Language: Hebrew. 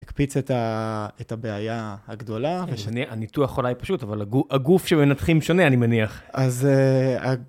קפיץ את ה... את הבעיה הגדולה ושנה הניתוח אולי פשוט אבל הגו... הגוף שמנתחים שונה, אני מניח. אז, אה...